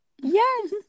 yes